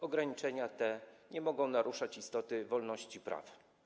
Ograniczenia te nie mogą naruszać istoty wolności i praw.